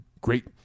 great